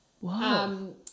Wow